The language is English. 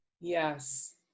Yes